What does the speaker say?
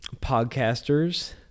podcasters